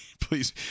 Please